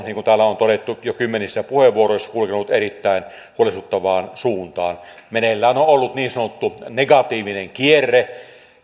on todettu jo kymmenissä puheenvuoroissa kulkenut erittäin huolestuttavaan suuntaan meneillään on ollut niin sanottu negatiivinen kierre